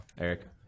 Eric